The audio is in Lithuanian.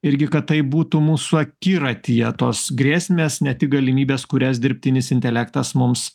irgi kad taip būtų mūsų akiratyje tos grėsmės ne tik galimybės kurias dirbtinis intelektas mums